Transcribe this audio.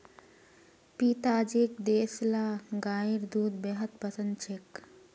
पिताजीक देसला गाइर दूध बेहद पसंद छेक